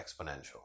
exponential